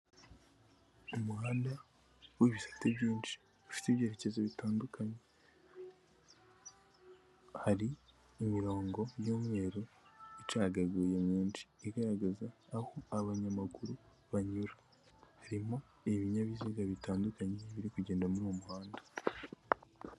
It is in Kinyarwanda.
Umuhanda w'ibisate byinshi ufite ibyerekezo bitandukanye hari imirongo y'umweru icagaguye myinshi igaragaza aho abanyamaguru banyura, harimo ibinyabiziga bitandukanye biri kugenda muri uwo muhanda.